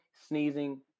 sneezing